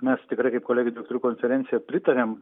mes tikrai kaip kolegijų rektorių konferencija pritariam